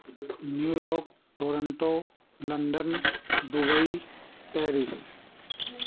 New York Toronto London Dubai Paris